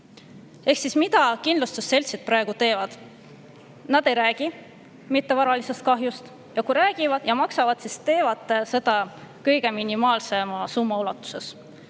Ehk siis mida kindlustusseltsid praegu teevad? Nad ei räägi mittevaralisest kahjust. Kui räägivad ja maksavad [hüvitist], siis teevad seda kõige minimaalsema summa ulatuses